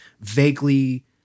vaguely